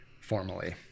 formally